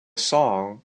song